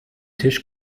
tisch